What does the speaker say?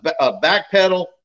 backpedal